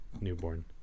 newborn